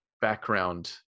background